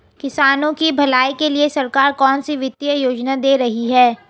किसानों की भलाई के लिए सरकार कौनसी वित्तीय योजना दे रही है?